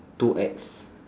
too ex